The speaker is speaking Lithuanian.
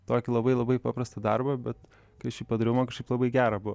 tokį labai labai paprastą darbą bet kai aš jį padariau man kažkaip labai gera buvo